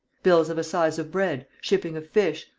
bills of assize of bread, shipping of fish,